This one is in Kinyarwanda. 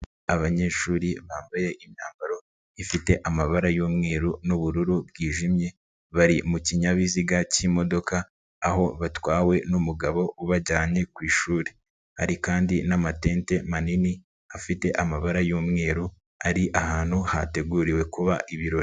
Abanyeshuri bambaye imyambaro ifite amabara y'umweru n'ubururu bwijimye bari mu kinyabiziga k'imodoka aho batwawe n'umugabo ubajyanye ku ishuri, hari kandi n'amatente manini afite amabara y'umweru ari ahantu hateguriwe kuba ibirori.